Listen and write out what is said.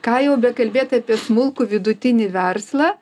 ką jau bekalbėt apie smulkų vidutinį verslą